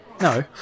No